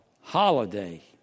Holiday